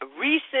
recent